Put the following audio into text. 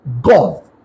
gone